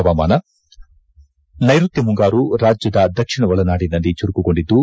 ಹವಾಮಾನ ನೈರುತ್ತ ಮುಂಗಾರು ರಾಜ್ಯದ ದಕ್ಷಿಣ ಒಳನಾಡಿನಲ್ಲಿ ಚುರುಕುಗೊಂಡಿದ್ದು